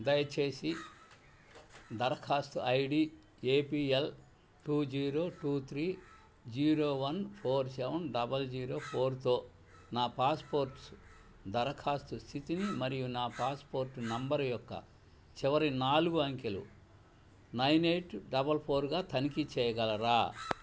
దయచేసి దరఖాస్తు ID APL two zero two three zero one four seven double zero ఫోర్తో నా పాస్పోర్ట్ దరఖాస్తు స్థితిని మరియు నా పాస్పోర్ట్ నంబర్ యొక్క చివరి నాలుగు అంకెలు నైన్ ఎయిట్ డబల్ ఫోర్గా తనిఖీ చేయగలరా